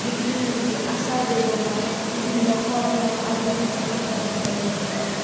ৰীতি নীতি আচাৰ ব্যৱহাৰ বিভিন্ন কৰ্ম আদিৰ বিষয়ে জ্ঞান আহৰণ কৰিব পাৰোঁ